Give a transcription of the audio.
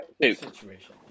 situation